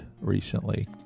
recently